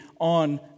on